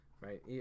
Right